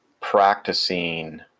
practicing